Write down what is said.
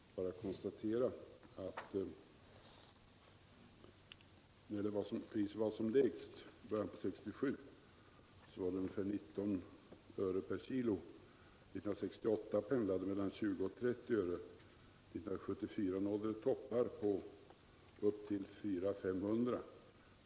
Jag kan bara konstatera att sockerpriset när det var som lägst, i början av 1967, var ungefär 19 öre per kilo. 1968 pendlade det mellan 20 och 30. 1974 nådde det toppar på upp till 400-500.